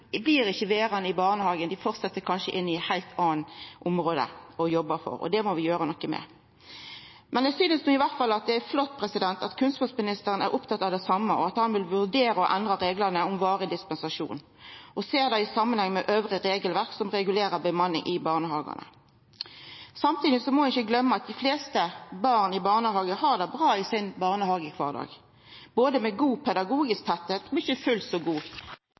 kanskje med å jobba innanfor heilt andre område, og det må vi gjera noko med. Eg synest i alle fall det er flott at kunnskapsministeren er opptatt av det same. Han vil vurdera å endra reglane om varig dispensasjon og ser det i samanheng med anna regelverk som regulerer bemanning i barnehagane. Samtidig må ein ikkje gløyma at dei fleste barn i barnehagen har det bra i sin barnehagekvardag – både med god og ikkje fullt så god pedagogisk tettleik – men vi skal og bør alltid bli betre, til det beste for dei minste. Ikkje